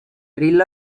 rely